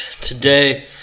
today